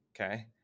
Okay